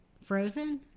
Frozen